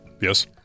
Yes